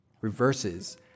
reverses